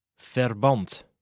Verband